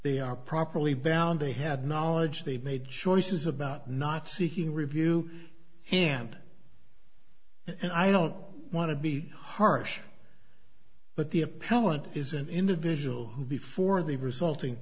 they are properly valid they had knowledge they made choices about not seeking review and and i don't want to be harsh but the appellant is an individual who before the resulting